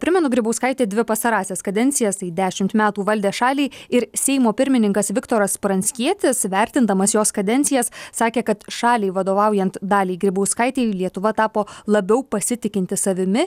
primenu grybauskaitė dvi pastarąsias kadencijas tai dešimt metų valdė šalį ir seimo pirmininkas viktoras pranckietis vertindamas jos kadencijas sakė kad šaliai vadovaujant daliai grybauskaitei lietuva tapo labiau pasitikinti savimi